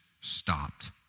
stopped